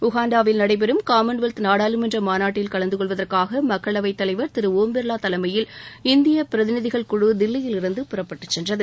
உகாண்டாவில் நடைபெறும் காமன்வெல்த் நாடாளுமன்ற மாநாட்டில் கலந்து கொள்வதற்காக மக்களவைத் தலைவர் திரு ஓம் பிர்வா தலைமையில் இந்திய பிரதிநிதிகள் குழு தில்லியிலிருந்து புறப்பட்டுச் சென்றது